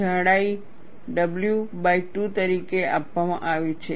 જાડાઈ w2 તરીકે આપવામાં આવી છે